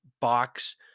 box